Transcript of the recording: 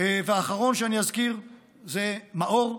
והאחרון שאני אזכיר זה מאור,